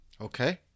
okay